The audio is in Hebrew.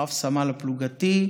הרב-סמל הפלוגתי,